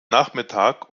nachmittag